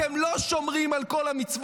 אתם לא שומרים על כל המצוות,